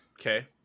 Okay